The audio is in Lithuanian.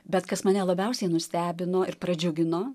bet kas mane labiausiai nustebino ir pradžiugino